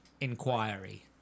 inquiry